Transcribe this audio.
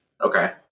Okay